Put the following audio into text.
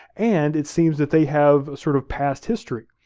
and it seems that they have a sort of past history.